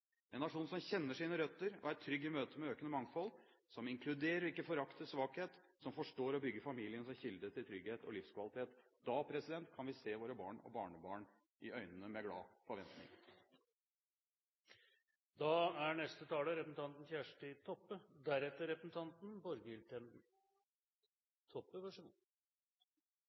en nasjon som kjenner sine røtter, og som er trygg i møtet med et økende mangfold, som inkluderer og ikke forakter svakhet, og som forstår å bygge familien som kilde til trygghet og livskvalitet. Da kan vi se våre barn og barnebarn i øynene med glad forventning.